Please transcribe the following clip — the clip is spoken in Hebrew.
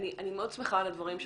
אני מאוד שמחה על הדברים שלך,